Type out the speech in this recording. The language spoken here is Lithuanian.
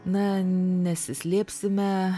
na nesislėpsime